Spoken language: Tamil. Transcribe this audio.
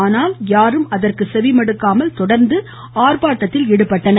ஆனால் யாரும் அதற்கு செவிமடுக்காமல் தொடர்ந்து அர்ப்பாட்டத்தில் ஈடுபட்டனர்